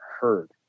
heard